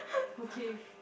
okay